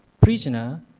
prisoner